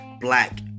black